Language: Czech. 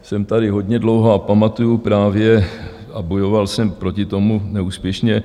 Jsem tady hodně dlouho a pamatuji právě a bojoval jsem proti tomu neúspěšně.